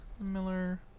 Miller